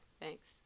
thanks